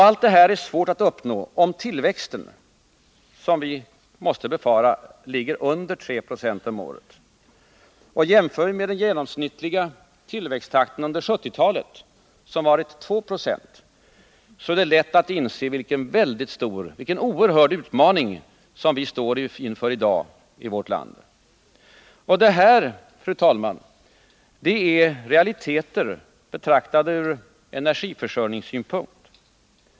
Allt detta är svårt att uppnå om tillväxten — som vi måste befara — ligger under 3 70 om året, och jämför vi med den genomsnittliga tillväxttakten under 1970-talet, som varit 2 26, är det lätt att inse vilken oerhörd utmaning vi står inför i vårt land i dag. Detta, fru talman, är realiteter, betraktade från energiförsörjningssynpunkt.